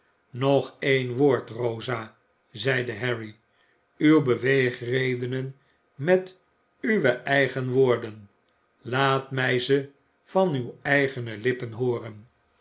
nog een woord rosa zeide harry uwe beweegredenen met uwe eigene woorden laat mij ze van uwe eigene lippen hooren